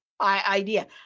idea